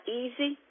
easy